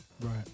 Right